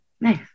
Nice